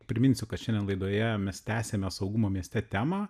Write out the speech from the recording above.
priminsiu kad šiandien laidoje mes tęsėme saugumo mieste temą